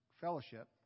Fellowship